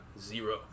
zero